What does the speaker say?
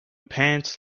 pants